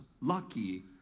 lucky